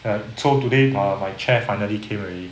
ya so today err my chair finally came already